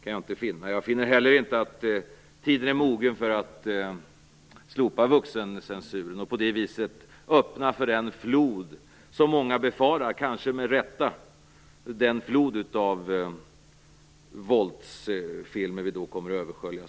Jag finner heller inte att tiden är mogen för att slopa vuxencensuren och på det viset öppna för den flod av våldsfilmer som många befarar, kanske med rätta, att vi då kommer att översköljas av.